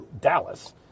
Dallas